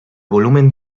volumen